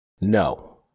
no